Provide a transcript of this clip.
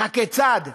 הכיצד?